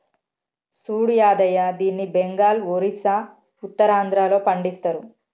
సూడు యాదయ్య దీన్ని బెంగాల్, ఒరిస్సా, ఉత్తరాంధ్రలో పండిస్తరు